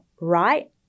right